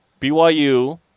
BYU